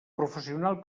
professional